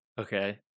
okay